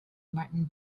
martin